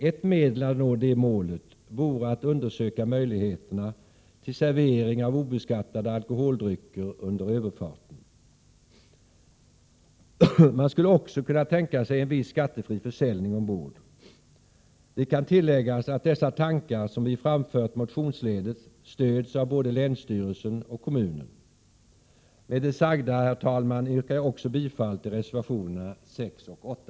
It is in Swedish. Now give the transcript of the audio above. Ett medel att nå det målet vore att undersöka möjligheterna 16 mars 1988 till servering av obeskattade alkoholdrycker under överfarten. Man skulle också kunna tänka sig en viss skattefri försäljning ombord. Det kan tilläggas att dessa tankar, som vi framfört motionsledes, stöds av både länsstyrelsen och kommunen. Med det sagda yrkar jag bifall också till reservationerna 6 och 8.